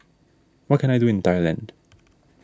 what can I do in Thailand